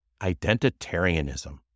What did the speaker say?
Identitarianism